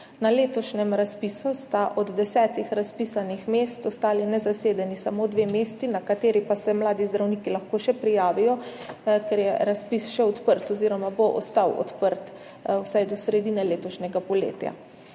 Na letošnjem razpisu sta od 10 razpisanih mest ostali nezasedeni samo dve mesti, na kateri pa se mladi zdravniki lahko še prijavijo, ker je razpis še odprt oziroma bo ostal odprt vsaj do sredine letošnjega poletja.